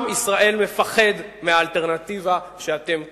עם ישראל מפחד מהאלטרנטיבה שאתם מציעים.